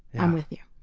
i'm with you.